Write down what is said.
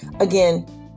again